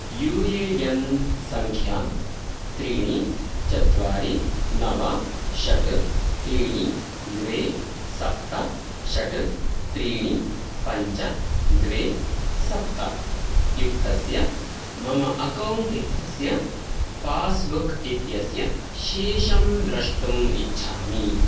you A N सङ्ख्या त्रीणि चत्वारि नव षट् त्रीणि द्वे सप्त षट् त्रीणि पञ्च द्वे सप्त युक्तस्य मम अकौण्ट् इत्यस्य पास्बुक् इत्यस्य शेषं द्रष्टुम् इच्छामि